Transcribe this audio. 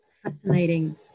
fascinating